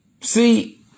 See